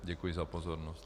Děkuji za pozornost.